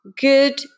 good